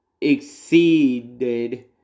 exceeded